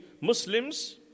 Muslims